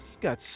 got